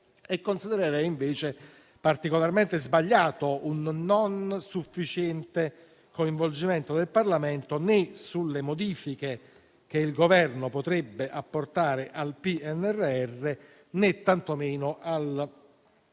considererei invece particolarmente sbagliato un non sufficiente coinvolgimento del Parlamento né sulle modifiche che il Governo potrebbe apportare al PNRR, né tantomeno